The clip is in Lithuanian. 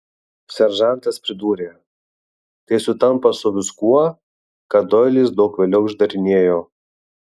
seržantas pridūrė tai sutampa su viskuo ką doilis daug vėliau išdarinėjo